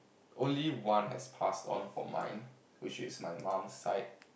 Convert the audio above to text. only one has passed on for mine which is my mom's side